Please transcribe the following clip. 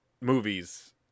movies